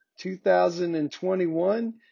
2021